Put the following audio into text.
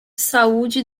saúde